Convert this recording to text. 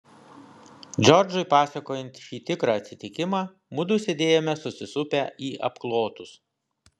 džordžui pasakojant šį tikrą atsitikimą mudu sėdėjome susisupę į apklotus